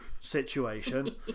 situation